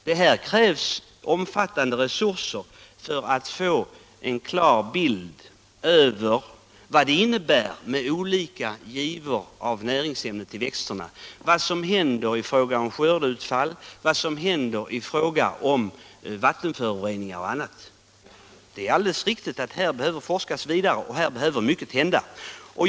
Det krävs omfattande resurser för att få en klar bild av effekterna av olika givor av näringsämnen till växterna i form av skördeutfall, vattenföroreningar och annat. Vi behöver mycket av forskning och insatser på detta område.